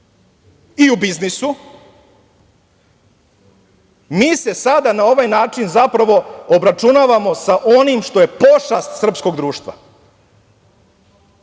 i u biznisu. Mi se sada na ovaj način, zapravo, obračunavamo sa onim što je pošast srpskog društva.